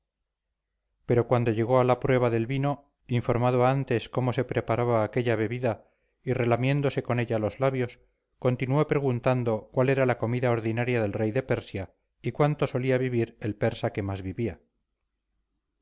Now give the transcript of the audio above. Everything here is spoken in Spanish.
pero cuando llegó a la prueba del vino informado antes cómo se preparaba aquella bebida y relamiéndose con ella los labios continuó preguntando cuál era la comida ordinaria del rey de persia y cuánto solía vivir el persa que más vivía